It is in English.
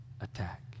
Attack